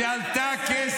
זה שיש דברים שצריך לתקן,